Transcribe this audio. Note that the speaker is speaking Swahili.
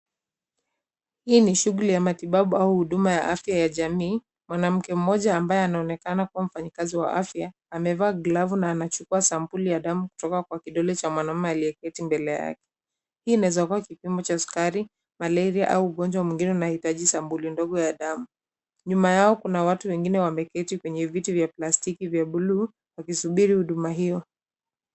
Hii ni shughuli ya matibabu au huduma ya afya ya jamii, mwanamke mmoja ambaye anaonekana kuwa mfanyikazi wa afya amevaa glavu na anachukua sampuli ya damu kutoka kwa kidole cha mwanaume aliyeketi mbele yake. Hii inaweza kuwa kipimo cha sukari, malaria au ugonjwa mwingine unaohitaji sampuli ndogo ya damu. Nyuma yao kuna watu wengine wameketi kwenye viti vya plastiki vya buluu, wakisubiri huduma hiyo.